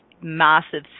massive